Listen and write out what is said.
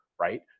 right